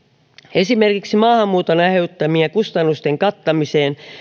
esimerkiksi maahanmuuton aiheuttamien kustannusten kattamiseen